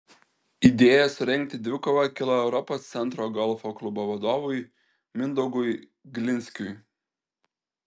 idėja surengti dvikovą kilo europos centro golfo klubo vadovui mindaugui glinskiui